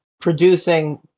producing